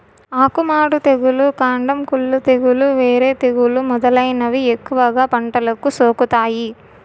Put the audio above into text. ఆకు మాడు తెగులు, కాండం కుళ్ళు తెగులు, వేరు తెగులు మొదలైనవి ఎక్కువగా పంటలకు సోకుతాయి